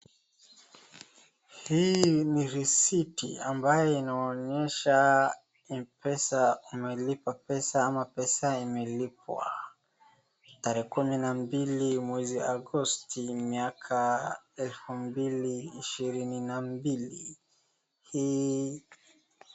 Hii ni risiti ambayo inaonyesha pesa umelipa pesa ama pesa imelipwa tarehe kumi na mbili mwezi Agosti miaka elfu mbili ishirini na mbili, hii.